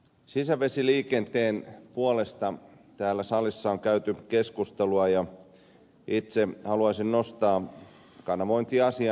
sisävesiliikenteen puolesta täällä salissa on käyty keskustelua ja itse haluaisin nostaa kanavointiasian